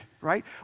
right